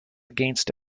against